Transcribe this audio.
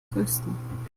größten